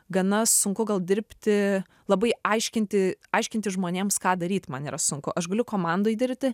gana sunku gal dirbti labai aiškinti aiškinti žmonėms ką daryt man yra sunku aš galiu komandoj dirbti